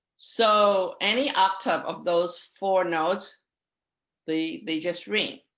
so any octave of those four notes they they just ring.